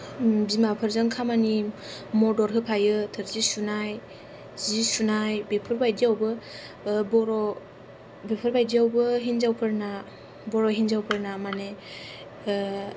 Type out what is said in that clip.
बिमाफोरजों खामानि मदद होफायो थोरसि सुनाय जि सुनाय बेफोरबायदियावबो बर' बेफोरबायदियावबो हिनजावफोरना बर' हिनजावफोरना माने